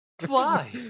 fly